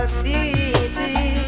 city